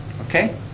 okay